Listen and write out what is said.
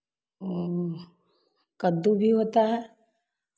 कद्दू भी होता है